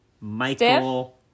Michael